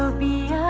ah be